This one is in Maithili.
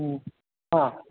हूँ हँ